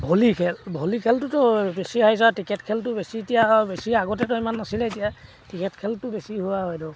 volley খেল volley খেলটোতো বেছি আহি যায় ক্ৰিকেট খেলটো বেছি এতিয়া বেছি আগতেতো ইমান নাছিলে এতিয়া ক্ৰিকেট খেলটো বেছি হোৱা হয় ধৰক